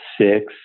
six